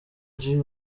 ari